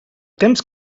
temps